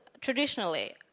traditionally